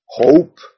hope